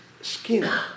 Skin